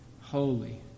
holy